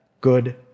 good